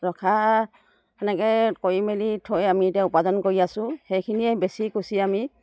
ৰখা সেনেকৈ কৰি মেলি থৈ আমি এতিয়া উপাৰ্জন কৰি আছোঁ সেইখিনিয়ে বেচি কুচি আমি